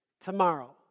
tomorrow